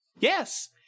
Yes